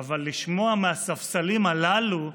אבל לשמוע מהספסלים הללו,